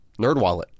NerdWallet